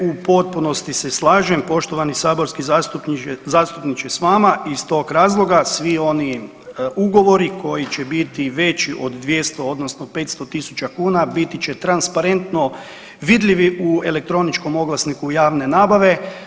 U potpunosti se slažem poštovani saborski zastupniče s vama i iz tog razloga svi oni ugovori koji će biti veći od 200 odnosno 500.000 kuna biti će transparentno vidljivi u elektroničkom oglasniku javne nabave.